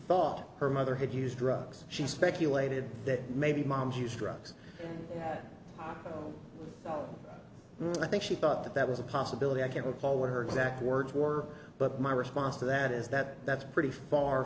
thought her mother had used drugs she speculated that maybe mom's use drugs oh i think she thought that that was a possibility i can't recall what her exact words were but my response to that is that that's pretty far